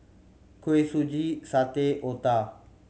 Kuih Suji satay otah